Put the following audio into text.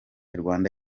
rwanda